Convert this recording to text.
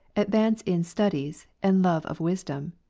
advance in studies, and love of wisdom.